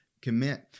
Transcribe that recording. commit